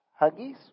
Huggies